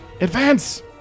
advance